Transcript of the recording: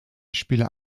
spieler